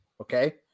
Okay